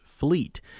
Fleet